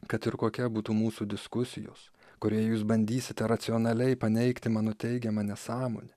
kad ir kokia būtų mūsų diskusijos kurioje jūs bandysite racionaliai paneigti mano teigiamą nesąmonę